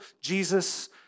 Jesus